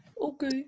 Okay